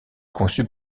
conçue